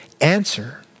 answer